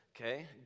Okay